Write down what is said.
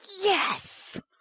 yes